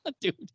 Dude